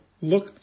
look